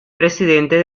presidente